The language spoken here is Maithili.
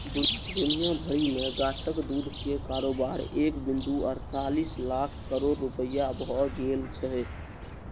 दुनिया भरि मे गाछक दूध के कारोबार एक बिंदु अड़तालीस लाख करोड़ रुपैया भए गेल छै